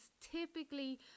typically